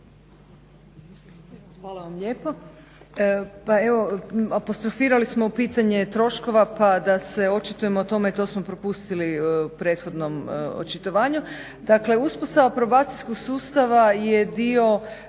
Hvala vam lijepo.